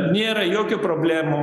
nėra jokių problemų